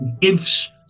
gives